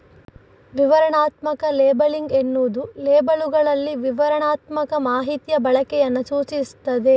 ವಿವರಣಾತ್ಮಕ ಲೇಬಲಿಂಗ್ ಎನ್ನುವುದು ಲೇಬಲ್ಲುಗಳಲ್ಲಿ ವಿವರಣಾತ್ಮಕ ಮಾಹಿತಿಯ ಬಳಕೆಯನ್ನ ಸೂಚಿಸ್ತದೆ